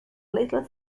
little